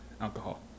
alcohol